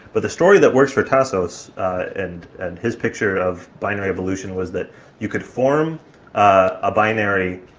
but the story that works for tasos and and his picture of binary evolution was that you could form a binary